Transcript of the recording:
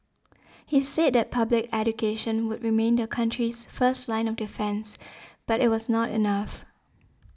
he said that public education would remain the country's first line of defence but it was not enough